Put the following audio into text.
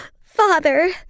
father